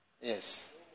Yes